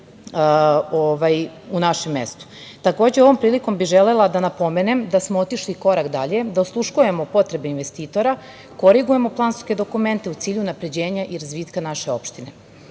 u našem mestu. Takođe, ovom prilikom bih želela da napomenem da smo otišli i korak dalje, da osluškujemo potrebe investitora, korigujemo planske dokumente u cilju unapređenja i razvitka naše opštine.